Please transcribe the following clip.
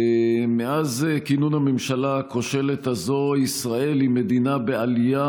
מאז כינון הממשלה הכושלת הזאת ישראל היא מדינה בעלייה,